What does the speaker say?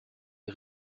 les